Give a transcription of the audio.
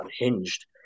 unhinged